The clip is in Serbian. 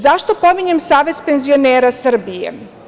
Zašto pominjem Savez penzionera Srbije?